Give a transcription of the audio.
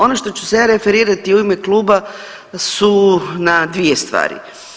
Ono što ću se ja referirati u ime kluba su na dvije stvari.